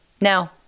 Now